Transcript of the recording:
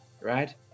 right